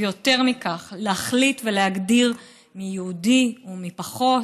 ויותר מכך, להחליט ולהגדיר מיהו יהודי ומי פחות,